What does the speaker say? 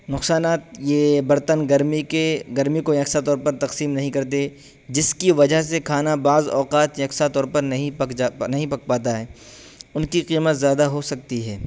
نقصانات یہ برتن گرمی کے گرمی کو یکساں طور پر تقسیم نہیں کرتی جس کی وجہ سے کھانا بعض اوقات یکساں طور پر نہیں پک جا نہیں پک پاتا ہے ان کی قیمت زیادہ ہو سکتی ہے